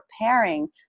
preparing